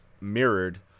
mirrored